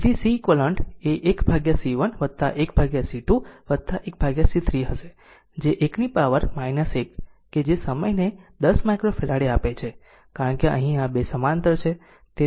તે Ceq એ 1C1 1C2 1C3 હશે જે એકની પાવર 1 કે જે સમયને 10 માઈક્રોફેરાડે આપે છે કારણ કે અહીં આ 2 સમાંતર છે